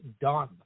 done